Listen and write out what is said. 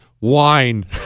Wine